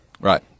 Right